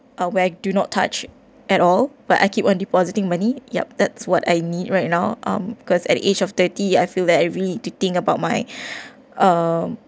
uh where do not touch at all but I keep on depositing money yup that's what I need right now um because at the age of thirty I feel that I really need to think about my um